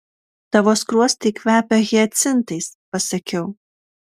tavo skruostai kvepia hiacintais pasakiau